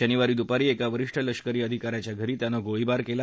शनिवारी दुपारी एका वरिष्ठ लष्करी अधिकाऱ्याच्या घरी त्याने गोळीबार केला